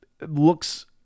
looks